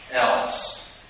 else